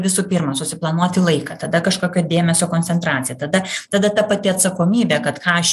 visų pirma susiplanuoti laiką tada kažkokia dėmesio koncentracija tada tada ta pati atsakomybė kad ką aš